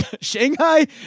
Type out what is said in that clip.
Shanghai